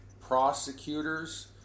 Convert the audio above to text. prosecutors